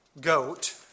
goat